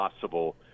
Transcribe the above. possible